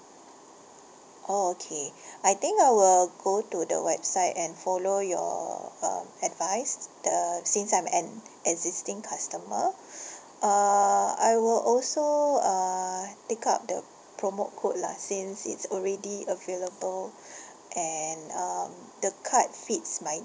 orh okay I think I will go to the website and follow your um advice the since I'm an existing customer err I will also uh take up the promo code lah since it's already available and um the card fits my